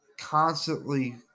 constantly